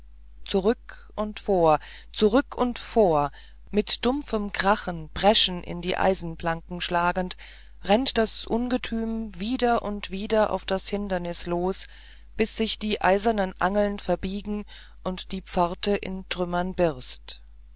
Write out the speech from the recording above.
zurück und vor zurück und vor mit dumpfem krach breschen in die eichenplanken schlagend rennt das ungetüm wieder und wieder auf das hindernis los bis sich die eisernen angeln verbiegen und die pforte in trümmer birst